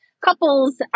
couples